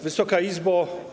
Wysoka Izbo!